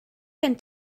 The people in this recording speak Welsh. gen